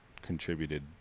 Contributed